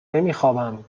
نمیخوابم